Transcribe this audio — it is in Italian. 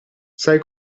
sai